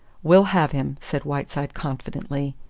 we'll have him, said whiteside confidently.